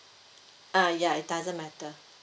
uh ya it doesn't matter